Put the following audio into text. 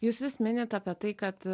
jūs vis minit apie tai kad